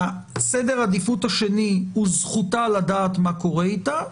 סדר העדיפות השני הוא זכותה לדעת מה קורה איתה.